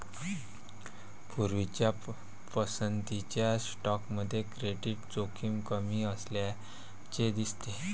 पूर्वीच्या पसंतीच्या स्टॉकमध्ये क्रेडिट जोखीम कमी असल्याचे दिसते